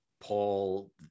Paul